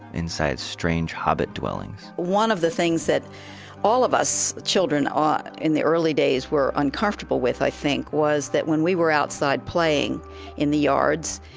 inside strange hobbit dwellings one of the things that all of us, children ah in the early days, were uncomfortable with i think was that when we were outside playing in the yards,